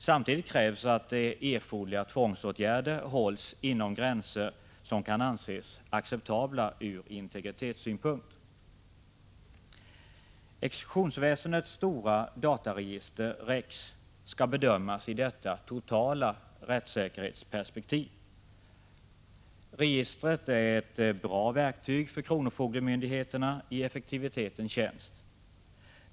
Samtidigt krävs att erforderliga tvångsåtgärder hålls inom gränser som kan anses acceptabla ur integritetssynpunkt. Exekutionsväsendets stora dataregister skall bedömas i detta totala rättssäkerhetsperspektiv. Registret är ett bra verktyg för kronofogdemyndigheterna i effektivitetens tjänst.